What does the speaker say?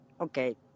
okay